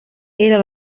era